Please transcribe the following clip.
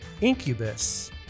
Incubus